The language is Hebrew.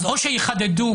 או שיחדדו,